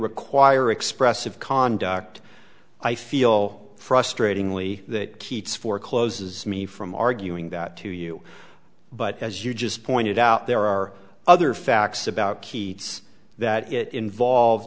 require expressive conduct i feel frustratingly that keats forecloses me from arguing that to you but as you just pointed out there are other facts about keats that it involve